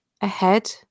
ahead